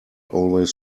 always